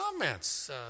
comments